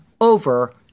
over